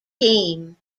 team